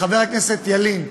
חבר הכנסת ילין,